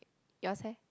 yours have